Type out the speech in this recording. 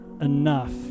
enough